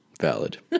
Valid